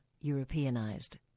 Europeanized